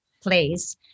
place